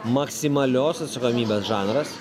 maksimalios atsakomybės žanras